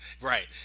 Right